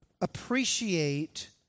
appreciate